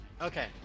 Okay